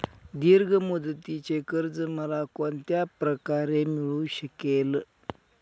दीर्घ मुदतीचे कर्ज मला कोणत्या प्रकारे मिळू शकेल?